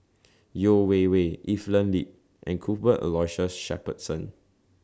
Yeo Wei Wei Evelyn Lip and Cuthbert Aloysius Shepherdson